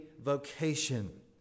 vocation